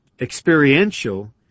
experiential